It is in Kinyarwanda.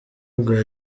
bwa